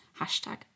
Hashtag